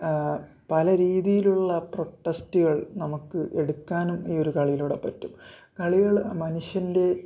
പല രീതിയിലുള്ള പ്രൊട്ടെസ്റ്റുകള് നമുക്ക് എടുക്കാനും ഈയൊരു കളിയിലൂടെ പറ്റും കളികൾ മനുഷ്യന്റെ